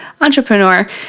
entrepreneur